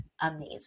amazing